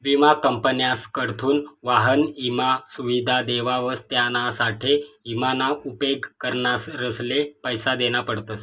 विमा कंपन्यासकडथून वाहन ईमा सुविधा देवावस त्यानासाठे ईमा ना उपेग करणारसले पैसा देना पडतस